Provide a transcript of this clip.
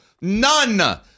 none